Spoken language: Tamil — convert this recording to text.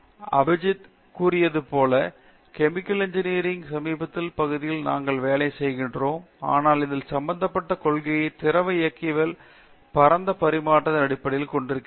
பேராசிரியர் டி ரெங்கநாதன் அபிஜித் கூறியது போல கெமிக்கல் இன்ஜினியரிங் ன் சமீபத்திய பகுதிகளில் நாங்கள் வேலை செய்கிறோம் ஆனால் இதில் சம்பந்தப்பட்ட கொள்கைகள் திரவ இயக்கவியல் பரந்த பரிமாற்றத்தின் அடிப்படையாகக் கொண்டிருக்கின்றன